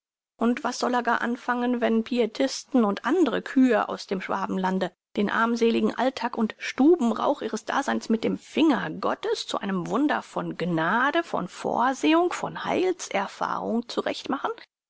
und was soll er gar anfangen wenn pietisten und andre kühe aus dem schwabenlande den armseligen alltag und stubenrauch ihres daseins mit dem finger gottes zu einem wunder von gnade von vorsehung von heilserfahrungen